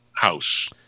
House